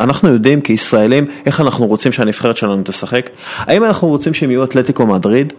אנחנו יודעים כישראלים איך אנחנו רוצים שהנבחרת שלנו תשחק. האם אנחנו רוצים שהם יהיו אתלטיקו מדריד?